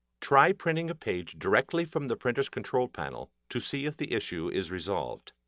try printing a page directly from the printer's control panel to see if the issue is resolved.